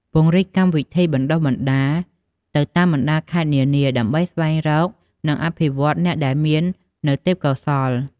ពង្រីកកម្មវិធីបណ្តុះបណ្តាលទៅតាមបណ្តាខេត្តនានា ដើម្បីស្វែងរកនិងអភិវឌ្ឍអ្នកដែលមាននូវទេពកោសល្យ។